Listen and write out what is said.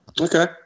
Okay